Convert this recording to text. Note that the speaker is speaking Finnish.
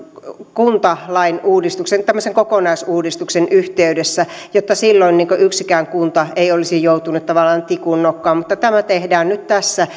kuntalain uudistuksen yhteydessä tämmöisen kokonaisuudistuksen yhteydessä jotta silloin yksikään kunta ei olisi joutunut tavallaan tikun nokkaan mutta tämä tehdään nyt tässä